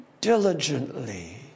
diligently